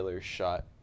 shot